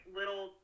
little